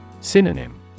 Synonym